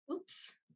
Oops